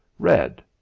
red